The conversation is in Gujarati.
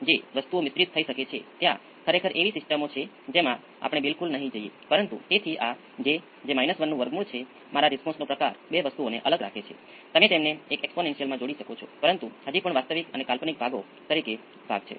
તેથી t બરાબર 0 પર C × dV c dt એ 5 મિલી એંપ્સ છે